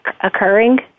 occurring